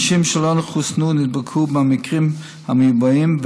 אנשים שלא חוסנו נדבקו מהנגיפים המיובאים,